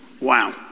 Wow